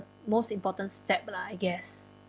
most important step lah I guess